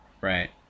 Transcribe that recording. Right